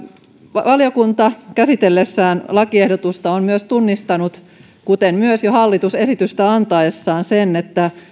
valiokunta käsitellessään lakiehdotusta on myös tunnistanut sen kuten myös jo hallitus esitystä antaessaan että